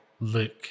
look